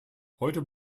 heute